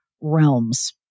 realms